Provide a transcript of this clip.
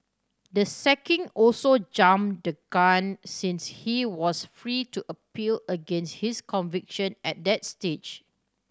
the sacking also jumped the gun since he was free to appeal against his conviction at that stage